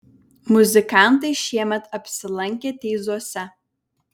muzikantai šiemet apsilankė teizuose